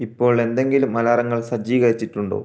ഇപ്പോൾ എന്തെങ്കിലും അലാറങ്ങൾ സജ്ജീകരിച്ചിട്ടുണ്ടോ